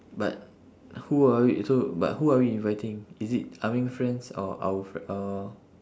but who are we so but who are we inviting is it ah ming friends or our fr~ oh